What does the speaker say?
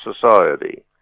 society